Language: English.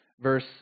Verse